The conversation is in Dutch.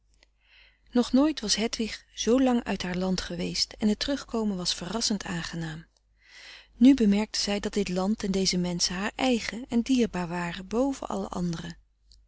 nog nooit was hedwig zoo lang uit haar land geweest en het terugkomen was verrassend aangenaam nu bemerkte zij dat dit land en deze menschen haar eigen en dierbaar waren boven alle anderen